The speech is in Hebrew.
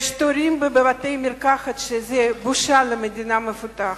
ויש תורים בבתי-מרקחת שזו בושה למדינה מפותחת.